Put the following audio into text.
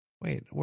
Wait